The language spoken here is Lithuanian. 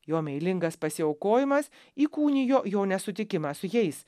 jo meilingas pasiaukojimas įkūnijo jo nesutikimą su jais